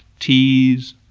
teas,